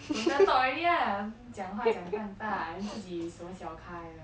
don't dare talk already lah 讲话讲半半自己什么小开的